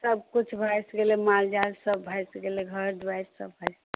सभकिछु भसि गेलै माल जाल सभ भसि गेलै घर दुआरि सभ भसि गेलै